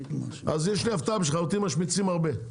אז יש לי הפתעה בשבילכם, אותי משמיצים הרבה.